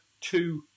two